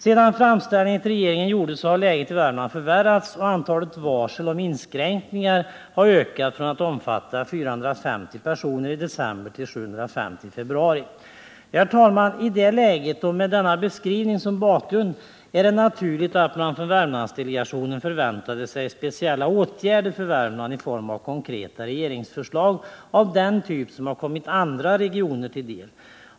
Sedan framställningen till regeringen gjordes har läget i Värmland förvärrats, och antalet varsel om inskränkningar har ökat från att omfatta 450 personer i december till 750 i februari. Herr talman! I det läget och med denna beskrivning som bakgrund är det naturligt att man från Värmlandsdelegationen förväntade sig speciella åtgärder för Värmland i form av konkreta regeringsförslag av den typ som har kommit andra regioner till del.